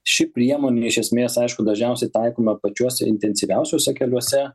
ši priemonė iš esmės aišku dažniausiai taikoma pačiuose intensyviausiuose keliuose